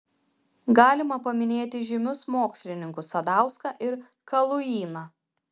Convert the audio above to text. galima paminėti žymius mokslininkus sadauską ir kaluiną